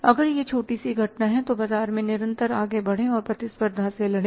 अगर यह छोटी सी घटना है तो बाजार में निरंतर आगे बढ़े और प्रतिस्पर्धा से लड़े